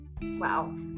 Wow